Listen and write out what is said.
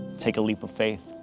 take a leap of faith.